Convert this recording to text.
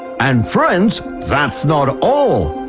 and friends, that's not all.